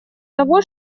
того